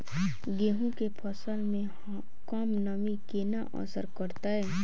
गेंहूँ केँ फसल मे कम नमी केना असर करतै?